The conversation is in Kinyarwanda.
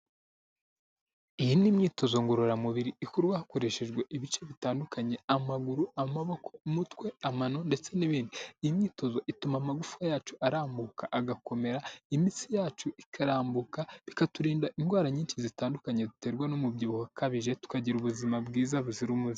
Iyi ni imyitozo ngororamubiri ikorwa hakoreshejwe ibice bitandukanye; amaguru, amaboko, umutwe, amano ndetse n'ibindi, iyi myitozo ituma amagufwa yacu arambuka agakomera, imitsi yacu ikarambuka, bikaturinda indwara nyinshi zitandukanye duterwa n'umubyibuho ukabije, tukagira ubuzima bwiza buzira umuze.